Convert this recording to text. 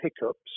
hiccups